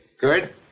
Good